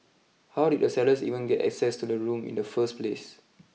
how did the sellers even get access to the room in the first place